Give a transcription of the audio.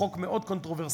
חוק מאוד קונטרוברסלי,